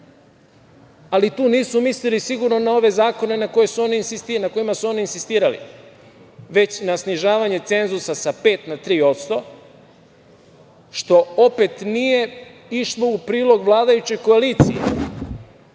Tu nisu mislili sigurno na ove zakone na kojima su oni insistirali, već na snižavanje cenzusa sa pet na tri posto, što opet nije išlo u prilog vladajućoj koaliciji,